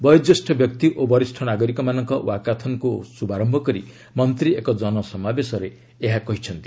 ବୟୋଜ୍ୟେଷ ବ୍ୟକ୍ତି ଓ ବରିଷ୍ଠ ନାଗରିକମାନଙ୍କ ୱାକାଥନ୍କୁ ଶୁଭାର୍ୟ କରି ମନ୍ତ୍ରୀ ଏକ ଜନସମାବେଶରେ ଏହା କହିଛନ୍ତି